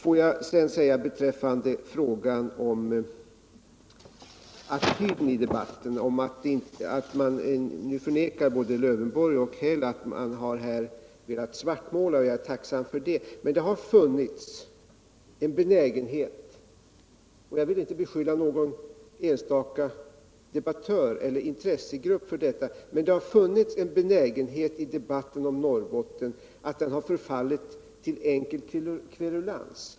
Får jag sedan säga beträffande attityderna i debatten att både Alf Lövenborg och Karl-Erik Häll nu förnekar au de velat svartmåla. Jag är tacksam för det, men det har i debatten om Norrbotten funnits en benägenhet —- jag vill inte skylla någon enstaka debattör eller intressegrupp för detta — att förfalla till enkel kverulans.